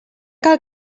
cal